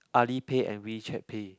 Ali pay and WeChat pay